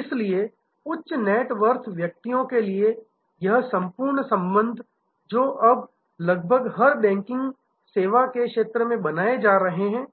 इसलिए उच्च net worth व्यक्तियों के लिए यह संपूर्ण संबंध जो अब लगभग हर बैंकिंग सेवा के क्षेत्र में बनाए जा रहे है